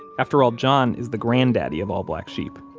after all, john is the granddaddy of all black sheep,